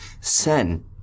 Sen